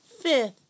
Fifth